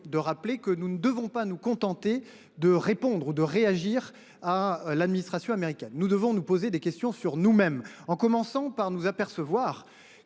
de rappeler que nous ne devons pas nous contenter de répondre à l’administration américaine. Nous devons nous poser des questions sur nous mêmes. Nous nous apercevrons